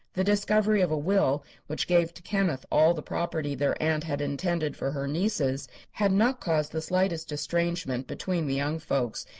the discovery of a will which gave to kenneth all the property their aunt had intended for her nieces had not caused the slightest estrangement between the young folks,